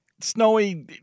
snowy